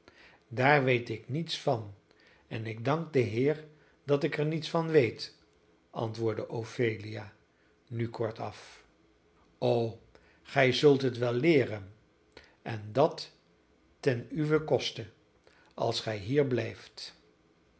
daar weet ik niets van en ik dank den heere dat ik er niets van weet antwoordde ophelia nu kortaf o gij zult het wel leeren en dat ten uwen koste als gij hier blijft